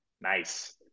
nice